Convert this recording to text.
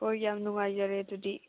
ꯍꯣꯏ ꯌꯥꯝ ꯅꯨꯡꯉꯥꯏꯖꯔꯦ ꯑꯗꯨꯗꯤ